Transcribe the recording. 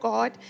God